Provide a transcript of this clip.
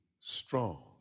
strong